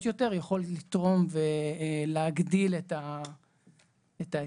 יותר יכול לתרום ולהגדיל את ההיצע.